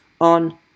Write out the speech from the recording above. on